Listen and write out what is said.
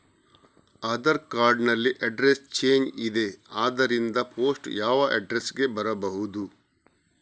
Aadhaar card ನಲ್ಲಿ address change ಇದೆ ಆದ್ದರಿಂದ ಪೋಸ್ಟ್ ಯಾವ ಅಡ್ರೆಸ್ ಗೆ ಬರಬಹುದು?